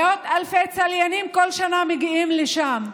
מאות אלפי צליינים בכל שנה מגיעים לשם.